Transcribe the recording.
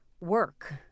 work